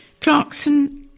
Clarkson